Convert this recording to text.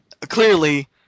Clearly